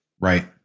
Right